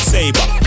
Saber